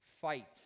fight